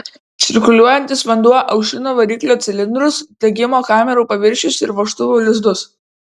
cirkuliuojantis vanduo aušina variklio cilindrus degimo kamerų paviršius ir vožtuvų lizdus